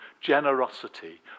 generosity